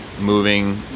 moving